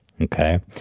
Okay